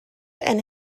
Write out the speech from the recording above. and